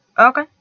Okay